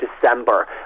December